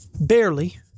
Barely